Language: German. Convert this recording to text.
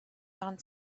waren